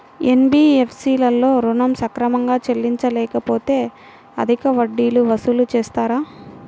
NBFC లలో ఋణం సక్రమంగా చెల్లించలేకపోతె అధిక వడ్డీలు వసూలు చేస్తారా?